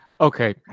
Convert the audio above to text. Okay